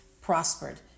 prospered